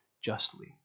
justly